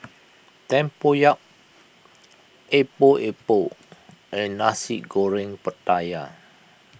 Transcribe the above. Tempoyak Epok Epok and Nasi Goreng Pattaya